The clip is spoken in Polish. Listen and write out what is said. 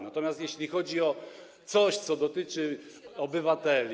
natomiast jeśli chodzi o coś, co dotyczy obywateli.